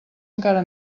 encara